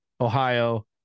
Ohio